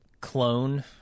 clone